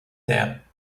there